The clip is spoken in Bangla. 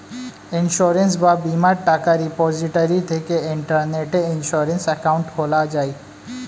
ইন্সুরেন্স বা বীমার টাকা রিপোজিটরি থেকে ইন্টারনেটে ইন্সুরেন্স অ্যাকাউন্ট খোলা যায়